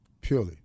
Purely